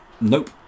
nope